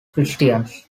christians